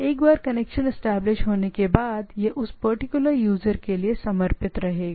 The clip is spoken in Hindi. एक बार एस्टेब्लिश होने के बाद यह इन चीजों के लिए समर्पित है